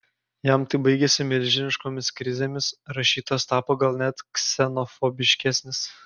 jam tai baigėsi milžiniškomis krizėmis rašytojas tapo gal net ksenofobiškesnis